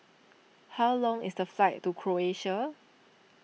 how long is the flight to Croatia